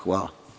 Hvala.